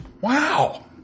Wow